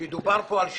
כי דובר כאן על שוויון.